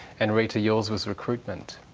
and rita, yours was recruitment.